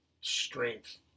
strength